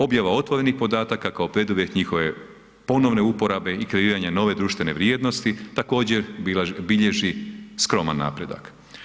Objava otvorenih podataka kao preduvjet njihove ponovne uporabe i kreiranja nove društvene vrijednosti, također bilježi skroman napredak.